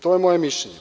To je moje mišljenje.